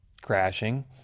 crashing